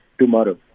tomorrow